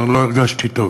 אז היא אמרה: לא הרגשתי טוב.